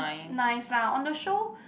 nice lah on the show